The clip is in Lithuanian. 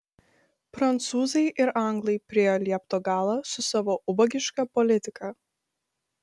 prancūzai ir anglai priėjo liepto galą su savo ubagiška politika